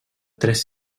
tres